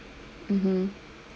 mmhmm